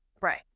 Right